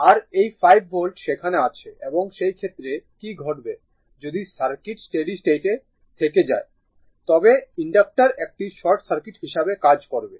আর এই 5 ভোল্ট সেখানে আছে এবং সেই ক্ষেত্রে কি ঘটবে যদি সার্কিট স্টেডি স্টেটে থেকে যায় তবে ইনডাক্টর একটি শর্ট সার্কিট হিসাবে কাজ করবে